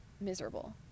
miserable